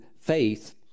faith